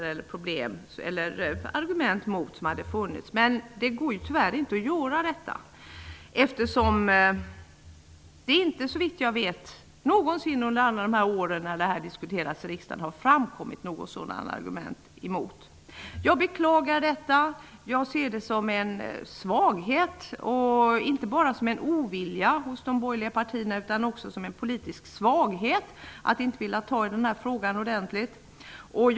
Då hade vi kunnat diskutera de argument som eventuellt hade funnits mot ett sådant införande, men nu är detta tyvärr inte möjligt, eftersom det såvitt jag vet inte någonsin under alla de år som denna fråga har diskuterats i riksdagen har framkommit några sådana argument. Jag beklagar detta, och jag ser det inte bara som en ovilja hos de borgerliga partierna utan också som en politisk svaghet att de inte ordentligt vill ta tag i den här frågan.